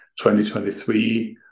2023